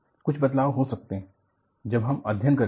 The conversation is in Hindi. कुछ बदलाव हो सकते हैं जब हम अध्ययन करेंगे